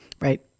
Right